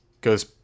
goes